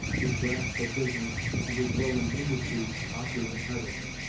his grasp of business, and his willing industry, ought to have entitled him.